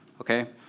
Okay